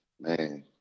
Man